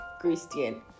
Christian